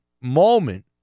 moment